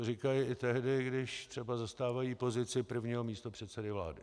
To říkají i tehdy, když třeba zastávají pozici prvního místopředsedy vlády.